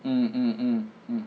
mm mm mm mm